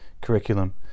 curriculum